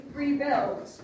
rebuild